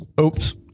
oops